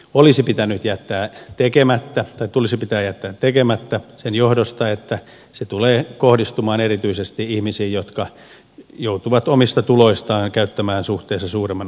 olisi pitänyt jättää kallistuminen tulisi jättää tekemättä sen johdosta että se tulee kohdistumaan erityisesti ihmisiin jotka joutuvat omista tuloistaan käyttämään suhteessa suuremman osan näihin